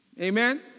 Amen